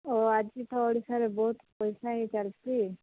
ଓ ଆଜି ତ ଓଡ଼ିଶାରେ ବହୁତ ପଇସା ହେଇ ଚାଲିଛି